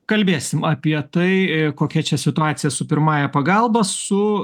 kalbėsim apie tai kokia čia situacija su pirmąja pagalba su